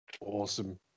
Awesome